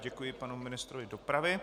Děkuji panu ministrovi dopravy.